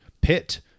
pit